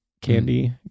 candy